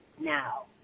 now